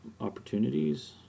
opportunities